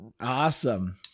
awesome